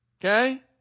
Okay